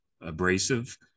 abrasive